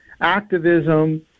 activism